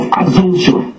assumption